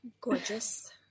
Gorgeous